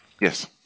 Yes